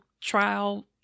trial